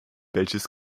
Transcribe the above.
welches